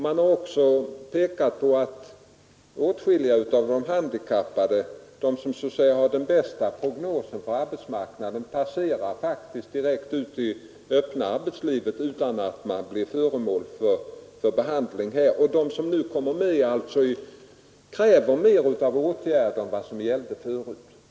Man har också pekat på att åtskilliga av de handikappade, de vilka så att säga har den bästa prognosen på arbetsmarknaden, passerar direkt ut i öppna arbetslivet utan att bli föremål för behandling. De som nu kommer med kräver flera åtgärder än som tidigare var fallet.